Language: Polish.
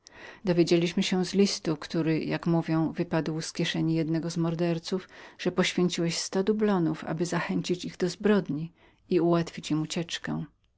dowiedzieliśmy się z listu który jak mówią wypadł z kieszeni jednego z morderców że poświęciłeś pan sto dublonów w celu zachęcenia ich do zbrodni i ułatwienia im ucieczki